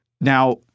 Now